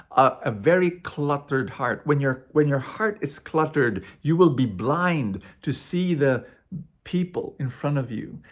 a very cluttered heart. when your when your heart is cluttered, you will be blind to see the people in front of you.